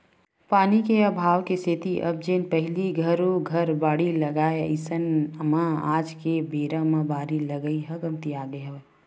पानी के अभाव के सेती अब जेन पहिली घरो घर बाड़ी लगाय अइसन म आज के बेरा म बारी लगई ह कमतियागे हवय